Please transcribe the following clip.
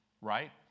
right